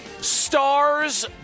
Stars